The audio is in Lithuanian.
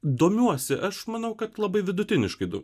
domiuosi aš manau kad labai vidutiniškai du